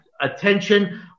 attention